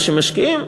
ממה שאנחנו משקיעים,